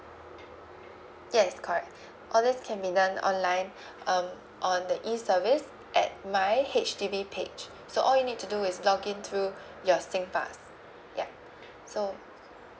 yes correct all these can be done online um on the E service at my H_D_B page so all you need to do is to log in through your singpass ya so